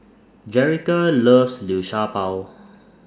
Jerica loves Liu Sha Bao